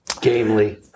Gamely